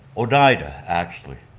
oneida actually,